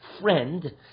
friend